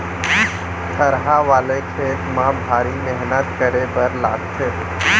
थरहा वाले खेत म भारी मेहनत करे बर लागथे